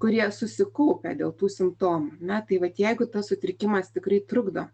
kurie susikaupę dėl tų simptomų ar ne tai vat jeigu tas sutrikimas tikrai trukdo